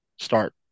start